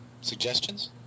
suggestions